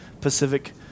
Pacific